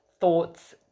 thoughts